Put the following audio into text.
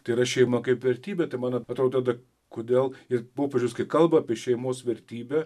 tai yra šeima kaip vertybė tai man atrodo kodėl ir popiežius kai kalba apie šeimos vertybę